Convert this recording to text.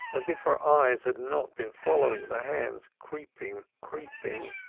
as if her eyes had not been following the hands creeping, creeping.